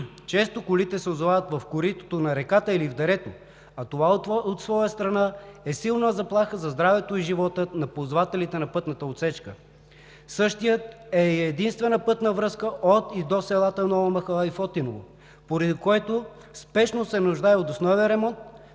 често колите се озовават в коритото на реката или в дерето, а това от своя страна е силна заплаха за здравето и живота на ползвателите на пътната отсечка. Същият е и единствена пътна връзка от и до селата Нова махала и Фотиново, поради което спешно се нуждае от основен ремонт,